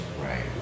right